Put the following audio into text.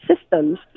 systems